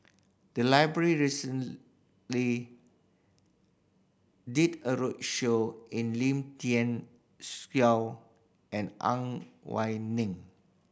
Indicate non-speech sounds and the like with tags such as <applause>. the library recently did a roadshow in Lim Thean <unintelligible> and Ang Why Ning